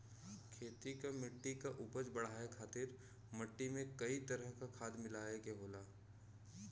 खेती क मट्टी क उपज बढ़ाये खातिर मट्टी में कई तरह क खाद मिलाये के होला